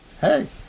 Hey